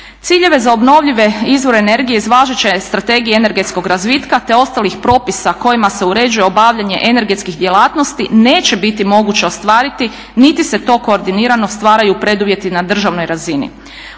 Ciljeve za obnovljive izvore energije iz važeće Strategije energetskog razvitka, te ostalih propisa kojima se uređuje obavljanje energetskih djelatnosti neće biti moguće ostvariti niti se to koordinirano stvaraju preduvjeti na državnoj razini.